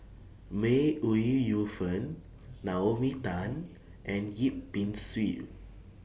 May Ooi Yu Fen Naomi Tan and Yip Pin Xiu